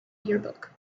yearbook